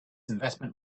investment